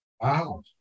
Wow